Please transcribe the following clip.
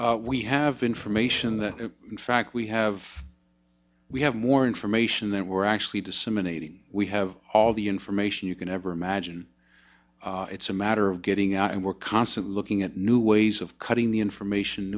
now we have information that in fact we have we have more information that we're actually disseminating we have all the information you can ever imagine it's a matter of getting out and we're constantly looking at new ways of cutting the information